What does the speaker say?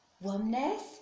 warmness